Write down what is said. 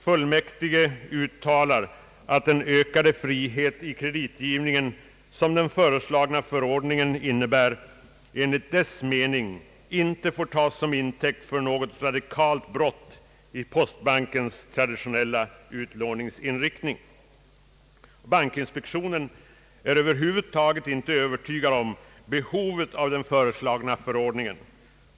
Fullmäktige uttalar att den ökade frihet i kreditgivningen, som den föreslagna förordningen innebär, enligt dess mening inte får tas som intäkt för något radikalt brott i postbankens traditionella utlåningsinriktning. Bankinspektionen är över huvud taget inte övertygad om behovet av den föreslagna förordningen.